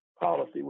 policy